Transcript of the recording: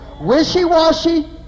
Wishy-washy